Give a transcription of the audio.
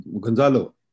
Gonzalo